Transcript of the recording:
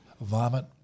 vomit